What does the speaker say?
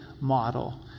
model